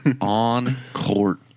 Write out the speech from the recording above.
on-court